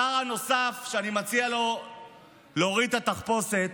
השר הנוסף שאני מציע לו להוריד את התחפושת,